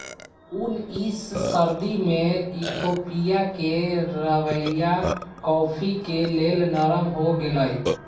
उनइस सदी में इथोपिया के रवैया कॉफ़ी के लेल नरम हो गेलइ